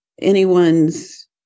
anyone's